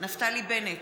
נפתלי בנט,